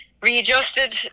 readjusted